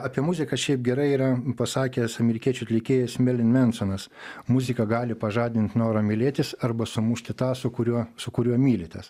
apie muziką šiaip gerai yra pasakęs amerikiečių atlikėjas merlin mensonas muzika gali pažadint norą mylėtis arba sumušti tą su kuriuo su kuriuo mylitės